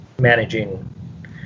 managing